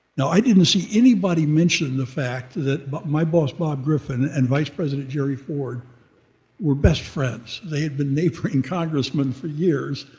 now i didn't see anybody mention the fact that but my boss bob griffin and vice president jerry ford were best friends. they had been neighboring congressman for years,